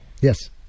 Yes